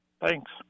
Thanks